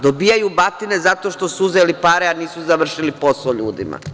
Dobijaju batine zato što su uzeli pare, a nisu završili posao ljudima.